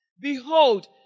Behold